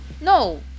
no